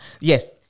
Yes